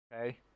Okay